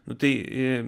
nu tai e